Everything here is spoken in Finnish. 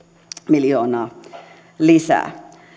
miljoonaa lisää